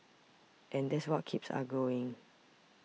and that's what keeps us going